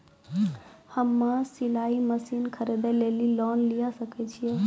हम्मे सिलाई मसीन खरीदे लेली लोन लिये सकय छियै?